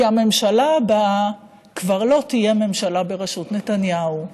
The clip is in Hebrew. כי הממשלה הבאה כבר לא תהיה ממשלה בראשות נתניהו,